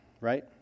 right